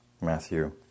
Matthew